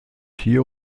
hier